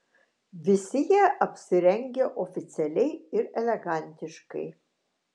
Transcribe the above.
visi jie apsirengę oficialiai ir elegantiškai